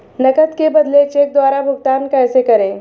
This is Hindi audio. नकद के बदले चेक द्वारा भुगतान कैसे करें?